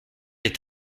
est